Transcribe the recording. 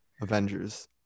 Avengers